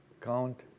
count